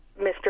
Mr